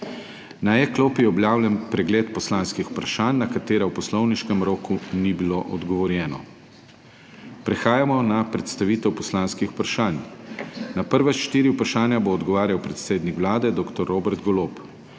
Na e-klopi je objavljen pregled poslanskih vprašanj, na katera v poslovniškem roku ni bilo odgovorjeno. Prehajamo na predstavitev poslanskih vprašanj. Na prva štiri vprašanja bo odgovarjal predsednik Vlade dr. Robert Golob.